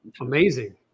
Amazing